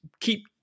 keep